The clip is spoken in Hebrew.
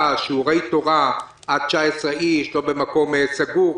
ושיעורי תורה של עד 19 איש ולא במקום סגור?